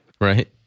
Right